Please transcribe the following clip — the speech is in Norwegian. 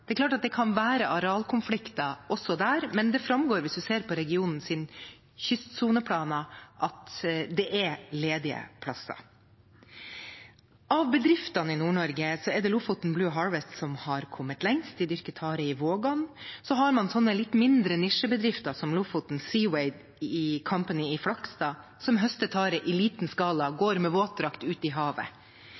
Det er klart at det kan være arealkonflikter også der, men det framgår hvis man ser på regionens kystsoneplaner, at det er ledige plasser. Av bedriftene i Nord-Norge er det Lofoten Blue Harvest som har kommet lengst. De dyrker tare i Vågan. Så har man litt mindre nisjebedrifter, som Lofoten Seaweed i Flakstad, som høster tare i liten skala, og der man går med våtdrakt ut i havet.